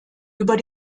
über